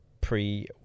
pre